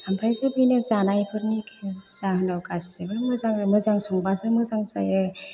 आमफ्रायसो बिनि जानायफोरनि जाहोनाव गासिबो मोजाङै मोजां संबासो मोजां जायो